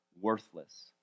worthless